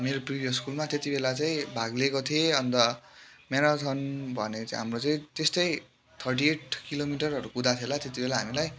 मेरो प्रिभियस स्कुलमा त्यतिबेला चाहिँ भाग लिएको थिएँ अन्त म्याराथन भन्ने चाहिँ हाम्रो चाहिँ त्यस्तै थर्टी एट किलोमिटरहरू कुदाएको थियो होला त्यतिबेला हामीलाई